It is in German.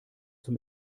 zum